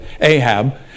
Ahab